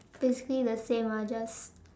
basically the same lah just